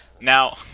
Now